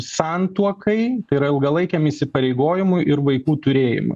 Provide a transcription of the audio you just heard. santuokai tai yra ilgalaikiam įsipareigojimui ir vaikų turėjimo